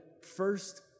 first